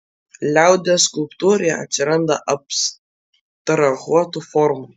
liaudies skulptūroje atsiranda abstrahuotų formų